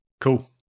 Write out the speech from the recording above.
Cool